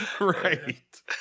right